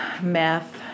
meth